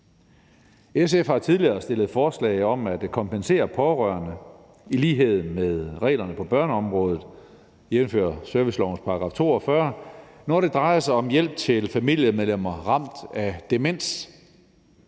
SF har tidligere stillet forslag om at kompensere pårørende i lighed med reglerne på børneområdet, jævnfør servicelovens § 42, når det drejer sig om hjælp til familiemedlemmer ramt af demens,